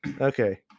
Okay